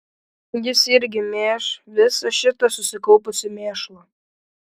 jis irgi mėš visą šitą susikaupusį mėšlą